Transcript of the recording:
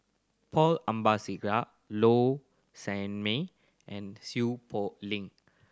Paul Abisheganaden Low Sanmay and Seow Poh Leng